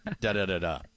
da-da-da-da